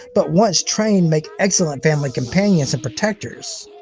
but once trained make excellent family companions and protectors.